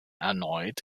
erneut